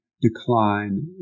decline